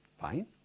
Fine